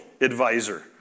advisor